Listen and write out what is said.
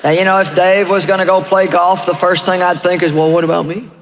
ah you know, if dave was going to go play golf, the first thing i'd think is, well, what about me?